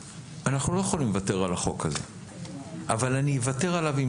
אנחנו לא יכולים לוותר על החוק הזה אבל אני אוותר עליו אם